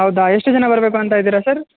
ಹೌದಾ ಎಷ್ಟು ಜನ ಬರಬೇಕು ಅಂತ ಇದ್ದೀರಾ ಸರ್